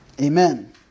Amen